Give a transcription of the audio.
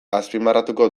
azpimarratuko